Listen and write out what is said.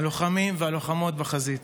הלוחמים והלוחמות בחזית: